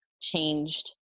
changed